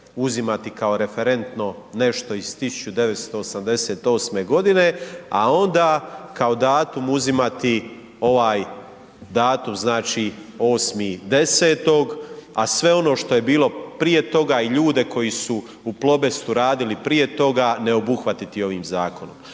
uzimati kao referentno nešto iz 1988. godine, a onda kao datum uzimati ovaj datum znači 8.10., a sve ono što je bilo prije toga i ljude koji su u Plobestu radili prije toga ne obuhvatiti ovim zakonom.